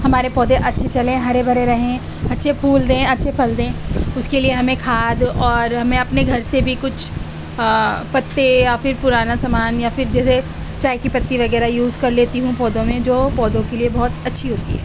ہمارے پودھے اچھے چلیں ہرے بھرے رہیں اچھے پھول دیں اچھے پھل دیں اس کے لیے ہمیں کھاد اور میں اپنے گھر سے بھی کچھ پتے یا پھر پرانا سامان یا پھر جیسے چائے کی پتی وغیرہ یوز کر لیتی ہوں پودوں میں جو پودوں کے لیے بہت اچھی ہوتی ہے